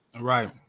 right